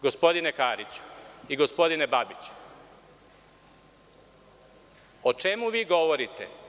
Gospodine Kariću i gospodine Babiću, o čemu vi govorite?